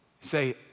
say